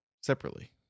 separately